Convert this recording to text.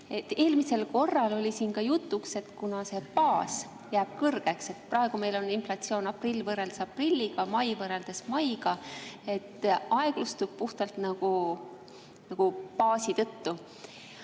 Eelmisel korral oli siin ka jutuks, et kuna see baas jääb kõrgeks – praegu on inflatsioon aprill võrreldes aprilliga, mai võrreldes maiga –, siis see aeglustub puhtalt nagu baasi tõttu.